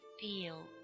feel